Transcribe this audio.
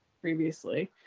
previously